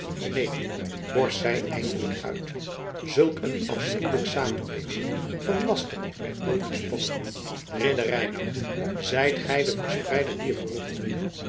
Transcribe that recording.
neen borst zij eindelijk uit zulk een afschuwelijk samenweefsel van laster werd nooit gesponnen ridder reinout zijt gij de verspreider dier geruchten